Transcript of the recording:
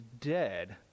dead